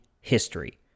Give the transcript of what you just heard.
history